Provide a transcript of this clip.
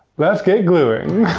let's get gluing.